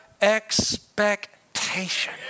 expectation